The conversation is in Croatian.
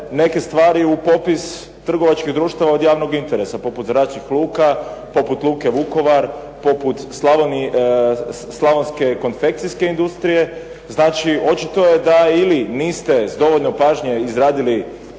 neke stvari u popis trgovačkih društava od javnog interesa. Poput zračnih luka, poput luke "Vukovar", poput slavonske konfekcijske industrije, znači očito je da ili niste s dovoljno pažnje izradili